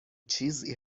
چیزی